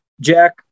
Jack